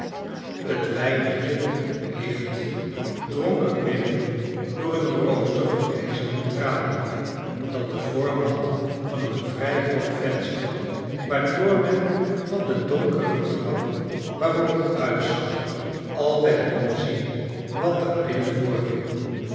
het weinigje licht drong er binnen door een rooster van ijzeren tralien dat den vorm had van een vrij groot venster waardoor men van de donkere trap waarop het uitzag altijd kon zien wat daar binnen voorviel